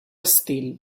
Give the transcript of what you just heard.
estil